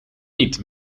niet